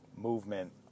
movement